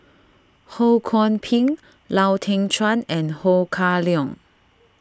Ho Kwon Ping Lau Teng Chuan and Ho Kah Leong